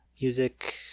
music